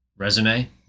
Resume